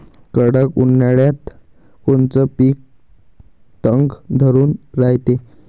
कडक उन्हाळ्यात कोनचं पिकं तग धरून रायते?